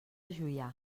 juià